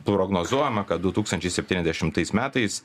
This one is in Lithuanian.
prognozuojame kad du tūkstančiai septyniasdešimtais metais